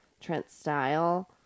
Trent-style